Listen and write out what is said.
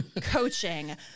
coaching